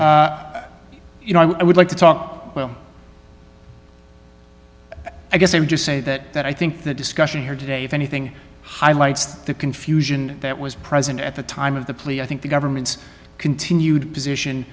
you know i would like to talk well i guess i would just say that i think the discussion here today if anything highlights the confusion that was present at the time of the plea i think the government's continued position